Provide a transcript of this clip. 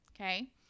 okay